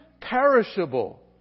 perishable